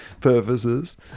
purposes